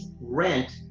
rent